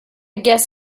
guess